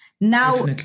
Now